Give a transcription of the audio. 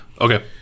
Okay